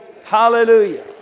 hallelujah